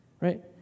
Right